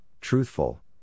truthful